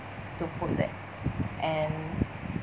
to put that and